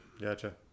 Gotcha